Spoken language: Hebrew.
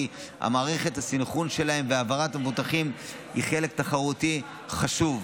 כי מערכת הסנכרון שלהם והעברת המבוטחים היא חלק תחרותי חשוב.